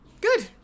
Good